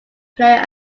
player